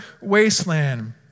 wasteland